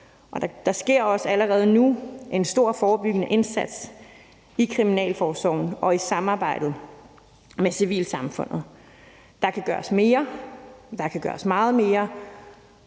der sker også allerede nu en stor forebyggende indsats i kriminalforsorgen og i samarbejdet med civilsamfundet. Der kan gøres mere; der kan gøres meget mere.